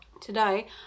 Today